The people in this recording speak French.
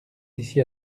d’ici